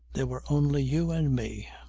there were only you and me.